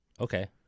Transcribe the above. Okay